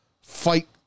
fight